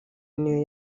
n’iyo